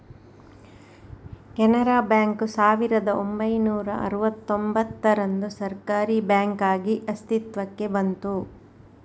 Canara bank ಸಾವಿರದ ಒಂಬೈನೂರ ಅರುವತ್ತೂಂಭತ್ತರಂದು ಸರ್ಕಾರೀ ಬ್ಯಾಂಕಾಗಿ ಅಸ್ತಿತ್ವಕ್ಕೆ ಬಂತು